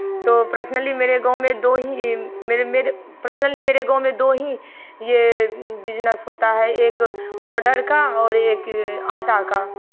तो पर्सनली मेरे गाँव में दो ही मेरे मेरे पर्सनली मेरे गाँव में दो ही ये बिज़नेस होता है एक पाउडर का और एक आटा का